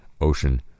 ocean